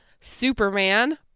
Superman